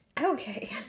Okay